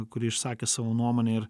kuri išsakė savo nuomonę ir